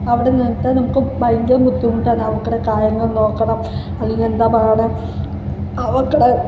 അവരുടെ അടുത്ത് നമുക്ക് ഭയങ്കര ബുദ്ധിമുട്ടാണ് അവക്കടെ കാര്യങ്ങൾ നോക്കണം അല്ലെങ്കിൽ എന്താ പറയണേ അവർക്കടെ